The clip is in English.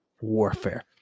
warfare